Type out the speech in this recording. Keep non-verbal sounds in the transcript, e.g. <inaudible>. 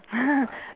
<laughs>